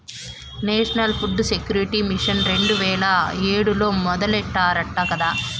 national food security mission రెండు వేల ఏడులో మొదలెట్టారట కదా